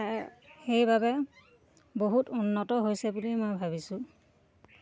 তা সেইবাবে বহুত উন্নত হৈছে বুলি মই ভাবিছোঁ